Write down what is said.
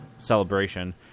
celebration